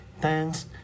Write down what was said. thanks